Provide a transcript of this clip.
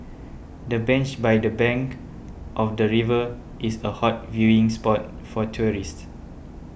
the bench by the bank of the river is a hot viewing spot for tourists